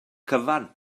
cyfan